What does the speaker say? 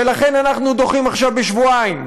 ולכן אנחנו דוחים עכשיו בשבועיים,